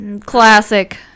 classic